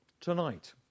tonight